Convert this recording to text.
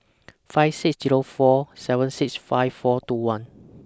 five six Zero four seven six five four two one